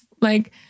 Like-